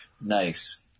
Nice